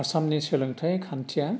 आसामनि सोलोंथाइ खान्थिया